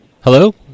Hello